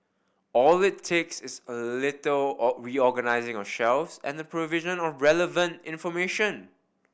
all it takes is a little or reorganising of shelves and the provision of relevant information